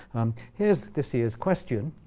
here is this year's question.